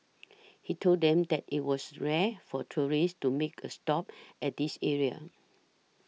he told them that it was rare for tourists to make a stop at this area